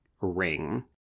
ring